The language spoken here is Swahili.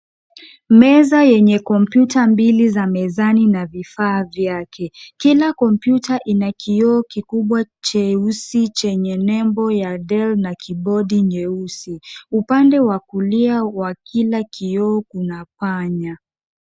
Meza zenye kompyuta mbili za mezani na vifaa vyake. Kila kompyuta ina kioo kikubwa cheusi chenye nembo ya Dell na keybodi nyeusi. Upande wa kulia wa kila kioo kuna panya.